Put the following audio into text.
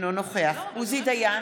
אינו נוכח עוזי דיין,